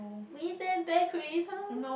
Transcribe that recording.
we-bear-bear creator